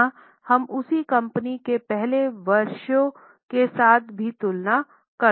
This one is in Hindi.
यहां हम उसी कंपनी के पहले के वर्षों के साथ भी तुलना कर सकते हैं